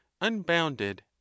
unbounded